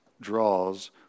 draws